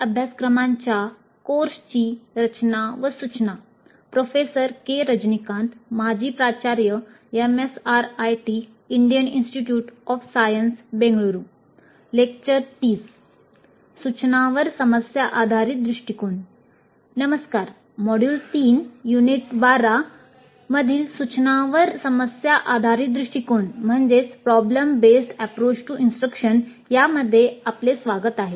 नमस्कार module 3 unit 12 मधील सूचनांवर समस्या आधारित दृष्टीकोन यामध्ये आपले स्वागत आहे